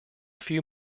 few